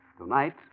Tonight